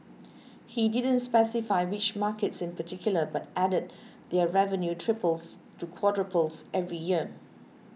he didn't specify which markets in particular but added that their revenue triples to quadruples every year